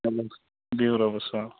اد حظ بِہِو رَبَس حوال